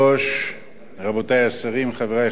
רבותי השרים, חברי חברי הכנסת,